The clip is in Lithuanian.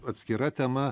atskira tema